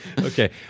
Okay